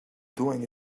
doing